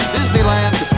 Disneyland